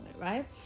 right